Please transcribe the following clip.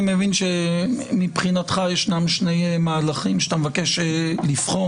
אני מבין שמבחינתך יש שני מהלכים שאתה מבקש לבחון,